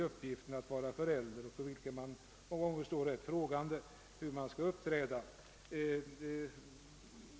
Föräldrar står ju gång på gång ganska frågande inför uppgiften hur de skall uppträda.